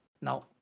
now